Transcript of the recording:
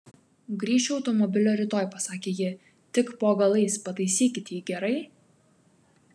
grįšiu automobilio rytoj pasakė ji tik po galais pataisykit jį gerai